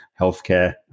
healthcare